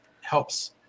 helps